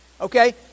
Okay